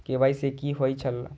KYC कि होई छल?